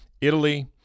Italy